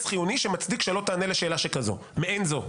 חיוני שמצדיק שלא תענה לשאלה מעין זו.